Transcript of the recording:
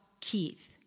Keith